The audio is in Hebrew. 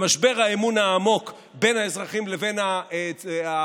במשבר האמון העמוק בין האזרחים לבין השלטון,